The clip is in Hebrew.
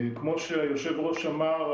כמו שהיושב-ראש אמר,